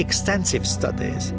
extensive studies